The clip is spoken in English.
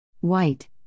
white